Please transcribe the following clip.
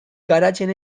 garatzen